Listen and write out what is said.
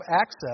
access